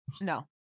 no